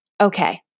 okay